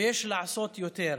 ויש לעשות יותר,